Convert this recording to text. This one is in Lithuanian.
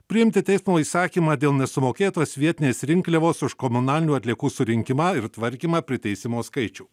priimti teismo įsakymą dėl nesumokėtos vietinės rinkliavos už komunalinių atliekų surinkimą ir tvarkymą priteisimo skaičių